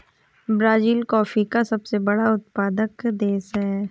Brazil coffee का सबसे बड़ा उत्पादक देश है